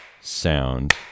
sound